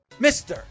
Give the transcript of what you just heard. Mr